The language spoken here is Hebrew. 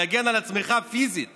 להגן על עצמך פיזית